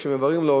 וכשמבררים לו,